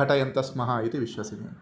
घटयन्तः स्मः इति विश्वसिमि